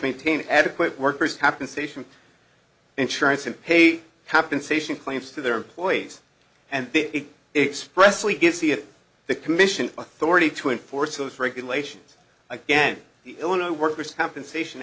maintain adequate workers compensation insurance and pay compensation claims to their employees and it expressly gives the at the commission authority to enforce those regulations again the illinois workers compensation